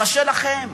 קשה לכם.